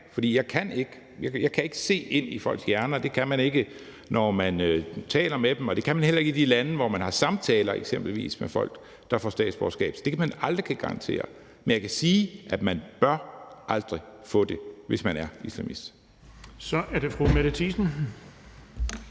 jeg kan ikke se ind i folks hjerner, og det kan man ikke, når man taler med dem, og det kan man heller ikke i de lande, hvor man eksempelvis har samtaler med folk, der får statsborgerskab. Så det kan man aldrig garantere. Men jeg kan sige, at man aldrig bør kunne blive det, hvis man er islamist.